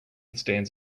stands